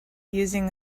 using